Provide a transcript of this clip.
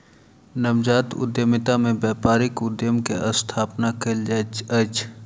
नवजात उद्यमिता में व्यापारिक उद्यम के स्थापना कयल जाइत अछि